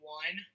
one